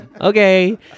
okay